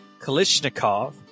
Kalishnikov